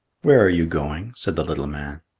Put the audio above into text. where are you going? said the little man.